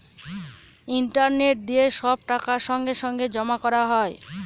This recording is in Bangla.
ইন্টারনেট দিয়ে সব টাকা সঙ্গে সঙ্গে জমা করা হয়